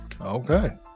okay